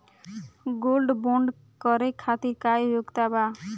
Gold bond करे खातिर का योग्यता बा?